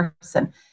person